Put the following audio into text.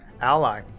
ally